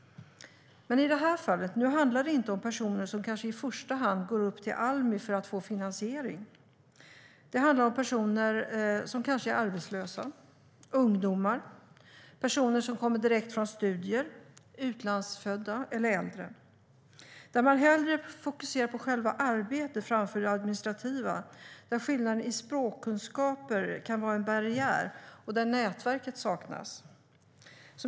Men i det här fallet handlar det inte om personer som kanske i första hand går upp till Almi för att få finansiering. Det handlar om personer som kanske är arbetslösa, ungdomar, personer som kommer direkt från studier, utlandsfödda eller äldre. Där fokuserar man hellre på själva arbetet framför det administrativa. Skillnaden i språkkunskaper kan vara en barriär, och nätverket saknas.